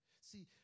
See